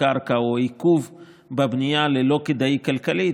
קרקע או עיכוב בבנייה ללא כדאי כלכלית,